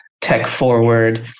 tech-forward